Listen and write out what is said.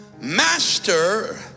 Master